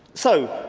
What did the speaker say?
so,